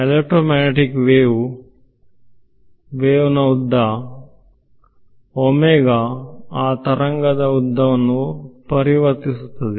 electro magnetic ವೇವ್ನ wave ಉದ್ದ ಆ ತರಂಗ ಉದ್ದವನ್ನು ಪರಿವರ್ತಿಸುತ್ತದೆ